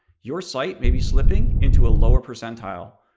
your site may be slipping into a lower percentile,